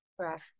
correct